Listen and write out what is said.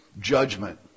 judgment